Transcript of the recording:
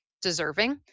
Deserving